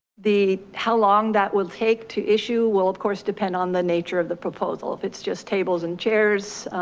the how long that will take to issue? will of course depend on the nature of the proposal. if it's just tables and chairs,